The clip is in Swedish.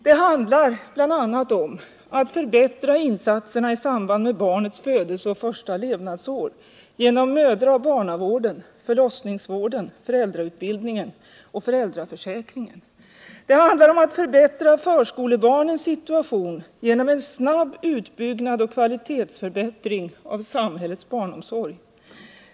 Det handlar bl.a. om att förbättra insatserna i samband med barnets födelse och första levnadsår genom mödraoch barnavården, förlossningsvården, föräldrautbildningen och föräldraförsäkringen. Det handlar om att förbättra förskolebarnens situation genom en snabb utbyggnad av och kvalitetshöjning i samhällets barnomsorg.